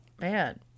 man